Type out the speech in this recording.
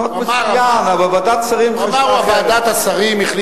חוק מצוין, אבל ועדת השרים חשבה אחרת.